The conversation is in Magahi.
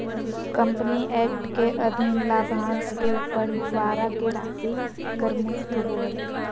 कंपनी एक्ट के अधीन लाभांश के बंटवारा के राशि कर मुक्त होबो हइ